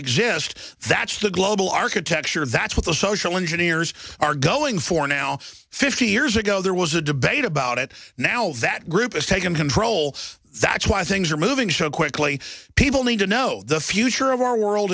exist that's the global architecture and that's what the social engineers are going for now fifty years ago there was a debate about it now that group has taken control that's why things are moving so quickly people need to know the future of our world